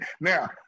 now